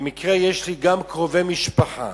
במקרה יש לי גם קרובי משפחה